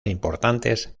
importantes